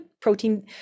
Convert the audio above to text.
protein –